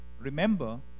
Remember